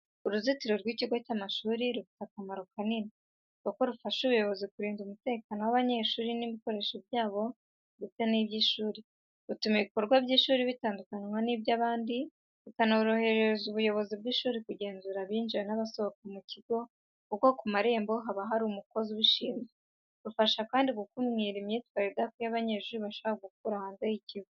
Uruzitiro rw’ikigo cy’amashuri rufite akamaro kanini kuko rufasha ubuyobozi kurinda umutekano w’abanyeshuri n’ibikoresho byabo ndetse n’iby’ishuri, rutuma ibikorwa by’ishuri bitandukanwa n’iby’abandi, bikanorohereza ubuyobozi bw'ishuri kugenzura abinjira n’abasohoka mu kigo kuko ku marembo haba hari umukozi ubishinzwe. Rufasha kandi gukumira imyitwarire idakwiriye abanyeshuri bashobora gukura hanze y’ikigo.